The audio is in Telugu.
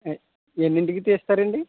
ఆ ఎన్నింటికి తీస్తారు అండి